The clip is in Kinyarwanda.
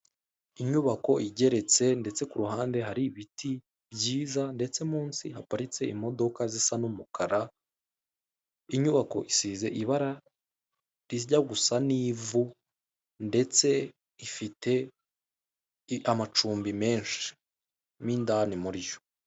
Inyubako igeretse ndetse ku ruhande hari ibiti byiza, ndetse munsi haparitse imodoka zisa n'umukara, inyubako isize ibara rijya gusa n'ivu, ndetse ifite amacumbi menshi mo indani muriyo.